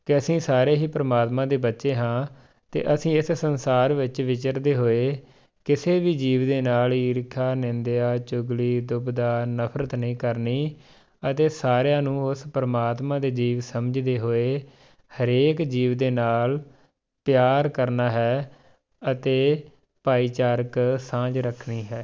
ਕਿ ਅਸੀਂ ਸਾਰੇ ਹੀ ਪਰਮਾਤਮਾ ਦੇ ਬੱਚੇ ਹਾਂ ਅਤੇ ਅਸੀਂ ਇਸ ਸੰਸਾਰ ਵਿੱਚ ਵਿਚਰਦੇ ਹੋਏ ਕਿਸੇ ਵੀ ਜੀਵ ਦੇ ਨਾਲ ਈਰਖਾ ਨਿੰਦਿਆ ਚੁਗਲੀ ਦੁਬਦਾ ਨਫਰਤ ਨਹੀਂ ਕਰਨੀ ਅਤੇ ਸਾਰਿਆਂ ਨੂੰ ਉਸ ਪਰਮਾਤਮਾ ਦੇ ਜੀਵ ਸਮਝਦੇ ਹੋਏ ਹਰੇਕ ਜੀਵ ਦੇ ਨਾਲ ਪਿਆਰ ਕਰਨਾ ਹੈ ਅਤੇ ਭਾਈਚਾਰਕ ਸਾਂਝ ਰੱਖਣੀ ਹੈ